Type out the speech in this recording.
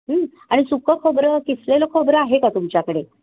आणि सुक्कं खोबरं किसलेलं खोबरं आहे का तुमच्याकडे